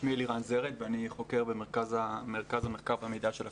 שמי אלירן זרד ואני חוקר במרכז המחקר והמידע של הכנסת.